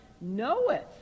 knoweth